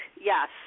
Yes